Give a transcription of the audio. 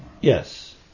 Yes